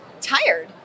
tired